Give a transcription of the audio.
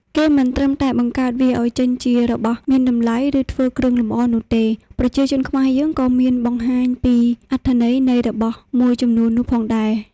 គេមិនត្រឹមតែបង្កើតវាឲ្យចេញជារបស់មានតម្លៃ ឬធ្វើគ្រឿងលម្អនោះទេ ប្រជាជនខ្មែរយើងក៏មានបង្ហាញពីអត្ថន័យនៃរបស់មួយចំនួននោះផងដែរ។